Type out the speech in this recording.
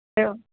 एवं